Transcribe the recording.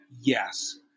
Yes